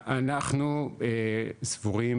אנחנו סבורים,